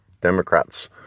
Democrats